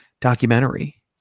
documentary